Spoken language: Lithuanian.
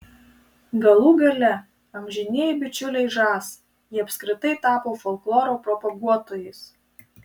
galų gale amžinieji bičiuliai žas jie apskritai tapo folkloro propaguotojais